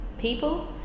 people